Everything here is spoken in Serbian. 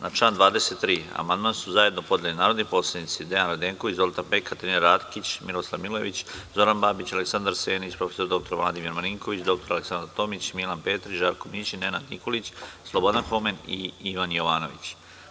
Na član 23. amandman su zajedno podneli narodni poslanici Dejan Radenković, Zoltan Pek, Katarina Rakić, Miloslav Milojević, Zoran Babić, Aleksandar Senić, prof. dr Vladimir Marinković, dr Aleksandra Tomić, Milan Petrić, Žarko Mićin, Nenad Nikolić, Slobodna Homen i Ivan Jovanović.